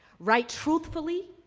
write truthfully,